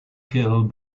kill